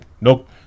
Nope